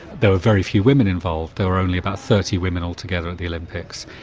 there were very few women involved there were only about thirty women altogether at the olympics,